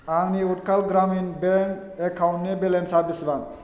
आंनि उटकाल ग्रामिन बेंक एकाउन्टनि बेलेन्सा बेसेबां